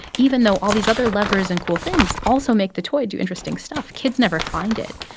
even though all these other levers and cool things also make the toy do interesting stuff, kids never find it.